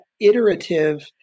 iterative